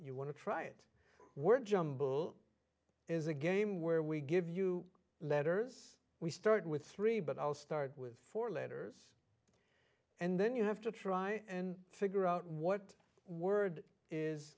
you want to try it word jumble is a game where we give you letters we start with three but i'll start with four letters and then you have to try and figure out what word is